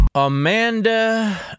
Amanda